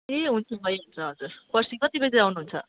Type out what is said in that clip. ए हुन्छ भइहाल्छ हजुर पर्सी कति बजी आउनु हुन्छ